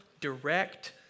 direct